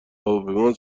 هواپیما